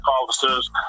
officers